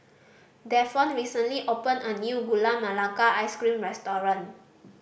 Davon recently opened a new Gula Melaka Ice Cream restaurant